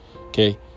Okay